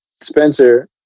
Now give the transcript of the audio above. Spencer